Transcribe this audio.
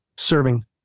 Serving